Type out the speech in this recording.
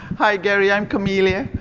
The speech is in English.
hi, gary, i'm camillia.